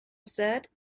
said